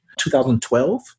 2012